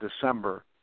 December